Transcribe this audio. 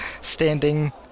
standing